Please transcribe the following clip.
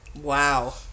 Wow